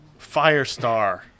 Firestar